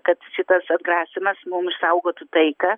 kad šitas atgrasymas mum išsaugotų taiką